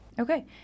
Okay